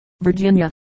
Virginia